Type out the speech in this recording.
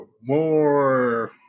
more